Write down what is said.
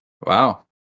Wow